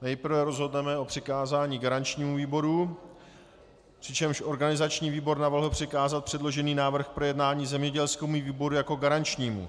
Nejprve rozhodneme o přikázání garančnímu výboru, přičemž organizační výbor navrhl přikázat předložený návrh k projednání zemědělskému výboru jako garančnímu.